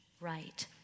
right